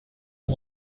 amb